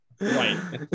Right